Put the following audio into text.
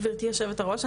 גברתי יושבת הראש,